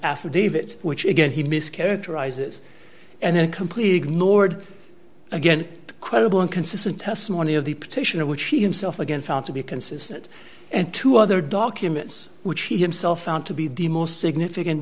affidavit which again he mischaracterizes and then completely ignored again credible inconsistent testimony of the petitioner which he himself again found to be consistent and two other documents which he himself found to be the most significant